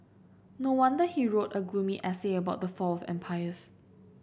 no wonder he wrote a gloomy essay about the fall of empires